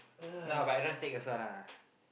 no ah but I don't want to take also lah